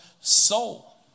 soul